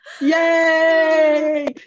Yay